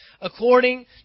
according